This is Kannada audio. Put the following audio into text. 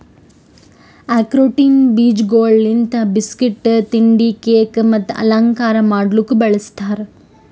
ಆಕ್ರೋಟಿನ ಬೀಜಗೊಳ್ ಲಿಂತ್ ಬಿಸ್ಕಟ್, ತಿಂಡಿ, ಕೇಕ್ ಮತ್ತ ಅಲಂಕಾರ ಮಾಡ್ಲುಕ್ ಬಳ್ಸತಾರ್